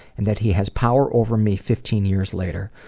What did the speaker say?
and that he has power over me fifteen years later.